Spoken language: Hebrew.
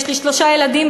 יש לי שלושה ילדים,